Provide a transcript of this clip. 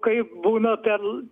kai būna ten